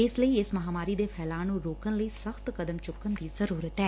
ਇਸ ਲਈ ਇਸ ਮਹਾਮਾਰੀ ਦੇ ਫੈਲਾਅ ਨੂੰ ਰੋਕਣ ਲਈ ਸਖ਼ਤ ਕਦਮ ਚੁੱਕਣ ਦੀ ਜ਼ਰੂਰ ਐ